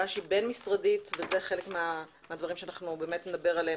שהיא באמת בין-משרדית וזה חלק מהדברים שנדבר עליהם.